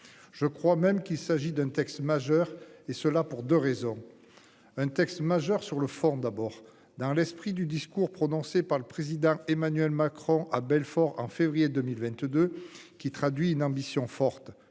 Je crois même qu'il s'agit d'un texte majeur et cela pour 2 raisons. Un texte majeur sur le fond, d'abord dans l'esprit du discours prononcé par le président Emmanuel Macron à Belfort en février 2022, qui traduit une ambition forte,